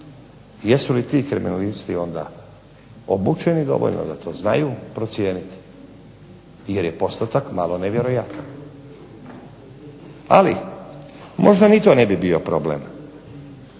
Jesu li ti kriminalisti onda obučeni dovoljno da to znaju procijeniti, jer je postotak malo nevjerojatan. Ali možda ni to ne bi bio problem,